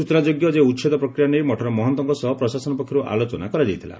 ସ୍ଟଚନାଯୋଗ୍ୟ ଯେ ଉଛେଦ ପ୍ରକ୍ରିୟା ନେଇ ମଠର ମହନ୍ତଙ୍ଙ ସହ ପ୍ରଶାସନ ପକ୍ଷରୁ ଆଲୋଚନା କରାଯାଇଥିଲା